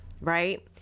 right